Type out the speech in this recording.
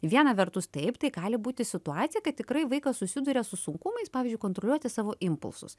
viena vertus taip tai gali būti situacija kad tikrai vaikas susiduria su sunkumais pavyzdžiui kontroliuoti savo impulsus